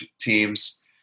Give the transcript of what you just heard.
teams